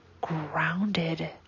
grounded